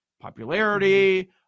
popularity